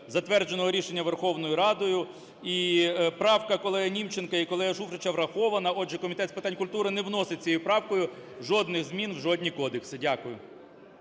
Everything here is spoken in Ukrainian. затвердженого рішення Верховною Радою. І правка колеги Німченка і колеги Шуфрича врахована. Отже, Комітет з питань культури не вносить цією правкою жодних змін в жодні кодекси. Дякую.